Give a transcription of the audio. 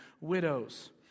widows